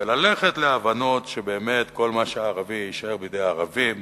וללכת להבנות שכל מה שערבי, יישאר בידי הערבים,